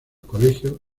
colegio